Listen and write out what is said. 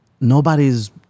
Nobody's